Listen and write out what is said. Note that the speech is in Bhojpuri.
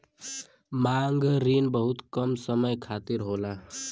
मांग रिन बहुत कम समय खातिर होला